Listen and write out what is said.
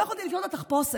ולא יכולתי לקנות לה תחפושת.